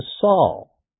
Saul